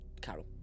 Carol